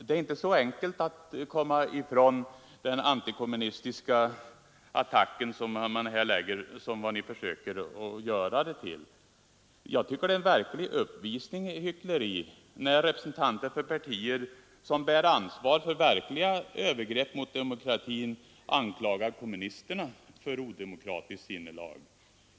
Det är en uppvisning i hyckleri när representanter för partier, som bär ansvar för verkliga övergrepp mot demokratin, anklagar kommunisterna för odemokratiskt sinnelag.